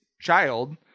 child